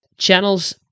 Channels